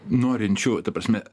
norinčių ta prasme